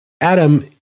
Adam